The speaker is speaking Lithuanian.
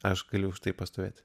aš galiu už tai pastovėti